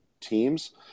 teams